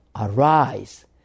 arise